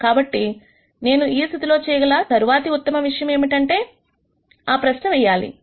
కాబట్టి నేను ఈ స్థితిలో చేయగల తరువాతి ఉత్తమ విషయం ఏమిటి అనే ప్రశ్న వేయాలి